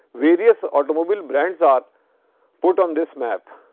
various automobile brands are put on this map.